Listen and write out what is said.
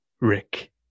Rick